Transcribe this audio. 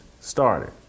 started